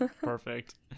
Perfect